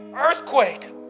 earthquake